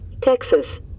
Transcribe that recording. Texas